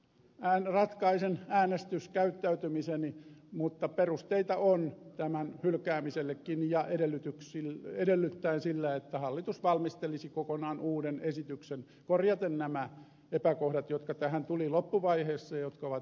huomenna ratkaisen äänestyskäyttäytymiseni mutta perusteita on tämän hylkäämisellekin edellyttäen että hallitus valmistelisi kokonaan uuden esityksen korjaten nämä epäkohdat jotka tähän tulivat loppuvaiheessa ja jotka ovat olleet koko ajan